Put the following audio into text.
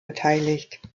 beteiligt